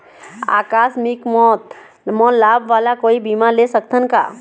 आकस मिक मौत म लाभ वाला कोई बीमा ले सकथन का?